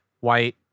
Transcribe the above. white